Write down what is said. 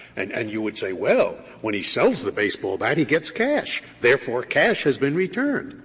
and and you would say, well, when he sells the baseball bat, he gets cash, therefore cash has been returned.